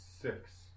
six